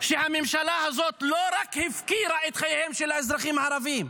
שהממשלה הזאת לא הפקירה רק את חייהם של האזרחים הערבים,